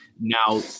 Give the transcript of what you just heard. now